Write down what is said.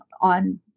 on